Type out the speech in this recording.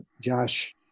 Josh